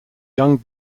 young